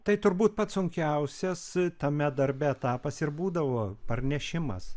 tai turbūt pats sunkiausias tame darbe etapas ir būdavo parnešimas